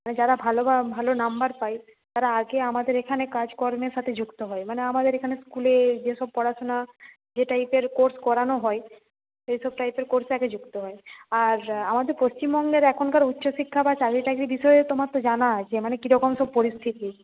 যারা ভালো বা ভালো নাম্বার পায় তারা আগে আমাদের এখানে কাজকর্মের সাথে যুক্ত হয় মানে আমাদের এখানে স্কুলে যেসব পড়াশুনা যে টাইপের কোর্স করানো হয় সেসব টাইপের কোর্সে আগে যুক্ত হয় আর আমাদের পশ্চিমবঙ্গের এখনকার উচ্চশিক্ষা বা চাকরি টাকরি বিষয়ে তোমার তো জানা আছে মানে কীরকম সব পরিস্থিতি